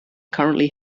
currently